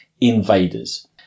Invaders